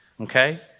okay